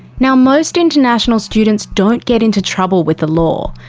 now, most international students don't get into trouble with the law.